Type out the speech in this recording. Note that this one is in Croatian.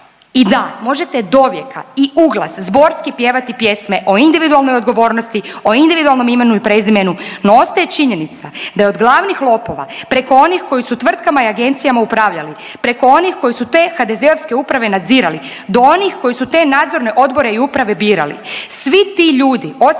I da možete dovijeka i uglas zborski pjevati pjesme o individualnoj odgovornosti, o individualnom imenu i prezimenu, no ostaje činjenica da je od glavnih lopova preko onih koji su tvrtkama i agencijama upravljali preko onih koji su te HDZ-ovske uprave nadzirali do onih koji su te nadzorne odbore i uprave birali, svi ti ljudi osim